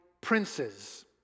princes